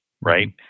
right